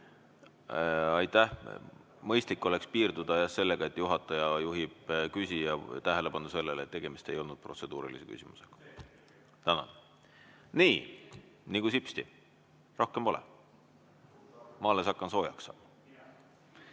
Aitäh! Mõistlik oleks piirduda sellega, et juhataja juhib küsija tähelepanu sellele, et tegemist ei olnud protseduurilise küsimusega. Tänan! Nii, nagu sipsti, rohkem pole. Ma alles hakkasin soojaks